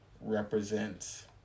represents